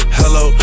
hello